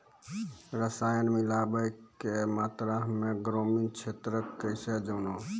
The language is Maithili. रसायन मिलाबै के मात्रा हम्मे ग्रामीण क्षेत्रक कैसे जानै?